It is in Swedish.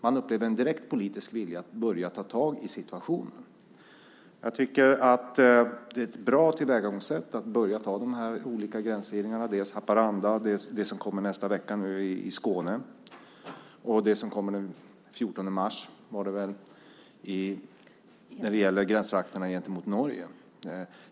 Man upplever en direkt politisk vilja att börja ta tag i situationen. Jag tycker att det är ett bra tillvägagångssätt att börja ta tag i de här olika gränshindren. Dels var det Haparanda, dels det som kommer i Skåne i nästa vecka. Sedan har vi det som kommer den 14 mars, var det väl, som gäller gränstrakterna mot Norge.